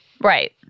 Right